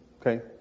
Okay